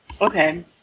Okay